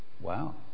Wow